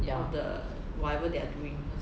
ya